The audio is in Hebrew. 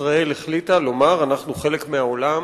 ישראל החליטה לומר שאנחנו חלק מהעולם.